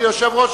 כיושב-ראש,